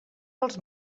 pels